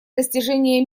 достижения